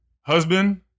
Husband